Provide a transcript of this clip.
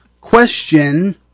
Question